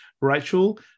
Rachel